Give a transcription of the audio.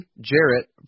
Jarrett